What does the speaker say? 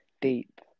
deep